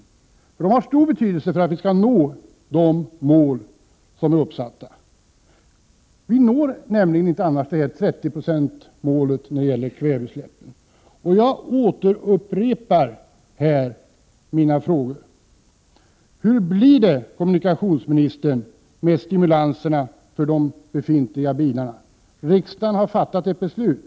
Det gäller sådant som har stor betydelse för att vi skall nå uppsatta mål. Vi kommer nämligen annars inte att nå målet beträffande en begränsning av kväveutsläppen till 30 90. Jag upprepar således här mina frågor: Hur blir det, kommunikationsministern, med stimulanserna för befintliga bilar? Riksdagen har ju fattat ett beslut.